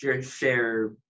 share